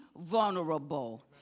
vulnerable